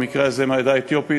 במקרה הזה מהעדה האתיופית,